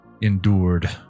endured